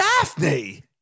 Daphne